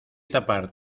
tapar